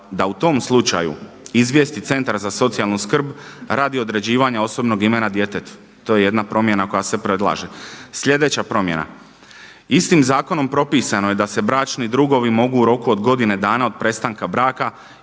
da u tom slučaju izvijesti Centar za socijalnu skrb radi određivanja osobnog imena djetetu. To je jedna promjena koja se predlaže. Sljedeća promjena. Istim zakonom propisano je da se bračni drugovi mogu u roku od godine dana od prestanka braka